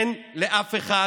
אין לאף אחד